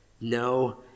no